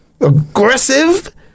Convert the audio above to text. Aggressive